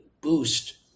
Boost